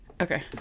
okay